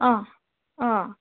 অঁ অঁ